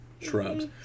shrubs